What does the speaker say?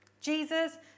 Jesus